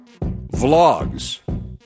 Vlogs